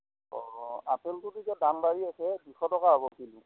অঁ আপেলটোতো এতিয়া দাম বাঢ়ি আছে দুইশ টকা হ'ব কিলো